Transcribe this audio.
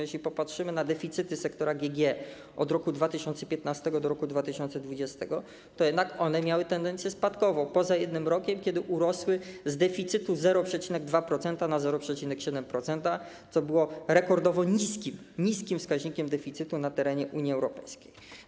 Jeśli popatrzymy na deficyty sektora GG od roku 2015 do roku 2020, to jednak one miały tendencję spadkową, poza jednym rokiem, kiedy urosły z deficytu na poziomie 0,2% na 0,7%, co było rekordowo niskim wskaźnikiem deficytu na terenie Unii Europejskiej.